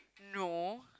no